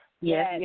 yes